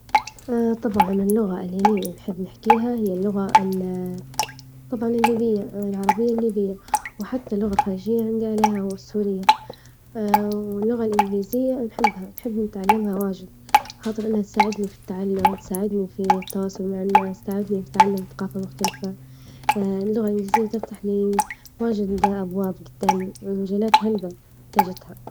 طبعا اللغة اللي أني نحب نحكيها هي اللغة ال طبعا الليبية العربية الليبية وحتى اللغة الخليجية عندي عليها هو السورية واللغة الإنجليزية نحبها نحب نتعلمها واجد خاطر إنها تساعدني في التعلم تساعدني في التواصل مع الناس تساعدني في تعلم ثقافة مختلفة اللغة الإنجليزية تفتح لي واجد أبواب جدامي ومجالات هلبا محتاجتها.